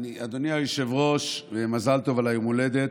אדוני היושב-ראש, מזל טוב ליום ההולדת.